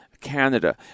Canada